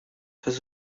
his